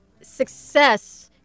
success